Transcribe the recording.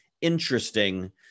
interesting